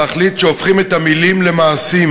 להחליט שהופכים את המילים למעשים